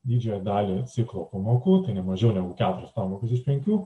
didžiąją dalį ciklo pamokų ne mažiau negu keturias pamokas iš penkių